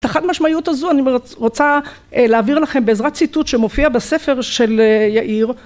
את החד משמעיות הזו אני רוצה להעביר לכם בעזרת ציטוט שמופיע בספר של יאיר..